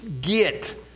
get